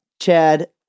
Chad